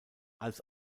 als